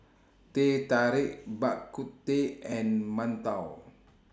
Teh Tarik Bak Kut Teh and mantou